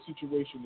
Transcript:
situation